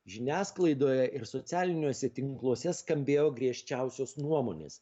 žiniasklaidoje ir socialiniuose tinkluose skambėjo griežčiausios nuomonės